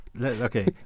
okay